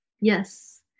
Yes